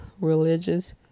religious